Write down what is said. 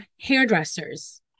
hairdressers